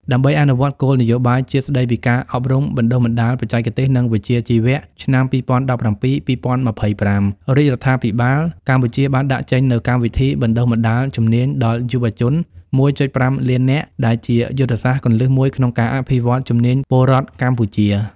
ដើម្បីអនុវត្តគោលនយោបាយជាតិស្តីពី ការអប់រំបណ្តុះបណ្តាលបច្ចេកទេស និងវិជ្ជាជីវៈឆ្នាំ២០១៧-២០២៥ រាជរដ្ឋាភិបាលកម្ពុជាបានដាក់ចេញនូវ កម្មវិធីបណ្តុះបណ្តាលជំនាញដល់យុវជន ១.៥ លាននាក់ ដែលជាយុទ្ធសាស្ត្រគន្លឹះមួយក្នុងការអភិវឌ្ឍន៍ជំនាញពលរដ្ឋកម្ពុជា។